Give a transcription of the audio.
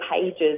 pages